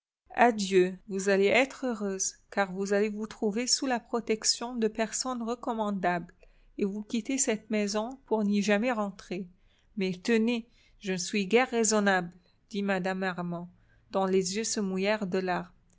adieu vous allez être heureuse car vous allez vous trouver sous la protection de personnes recommandables et vous quittez cette maison pour n'y jamais rentrer mais tenez je ne suis guère raisonnable dit mme armand dont les yeux se mouillèrent de